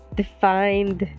defined